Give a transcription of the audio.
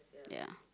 ya